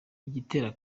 igitera